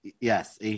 yes